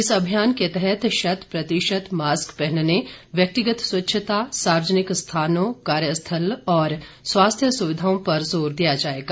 इस अभियान के तहत शत प्रतिशत मास्क पहनने व्यक्तिगत स्चच्छता सार्वजनिक स्थानों कार्यस्थल और स्वास्थ्य सुवधिओं पर ज़ोर दिया जाएगा